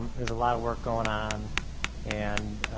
there's a lot of work going on and